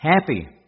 Happy